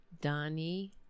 Donnie